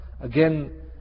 again